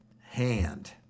hand